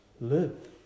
live